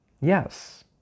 Yes